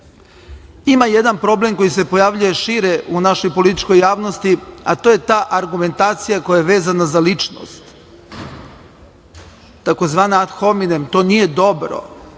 jedan problem koji pojavljuje šire u našoj političkoj javnosti, a to je ta argumentacija koja je vezana za ličnost, tzv. adhominem. To nije dobro.